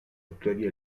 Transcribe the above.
tuttavia